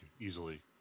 easily